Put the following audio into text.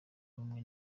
bamwe